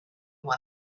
one